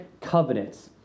covenants